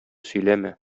сөйләмә